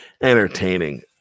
entertaining